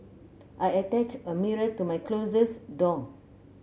I attached a mirror to my closet door